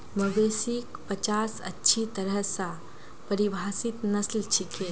मवेशिक पचास अच्छी तरह स परिभाषित नस्ल छिके